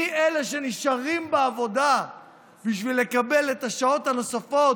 מי אלה שנשארים בעבודה בשביל לקבל את השעות הנוספות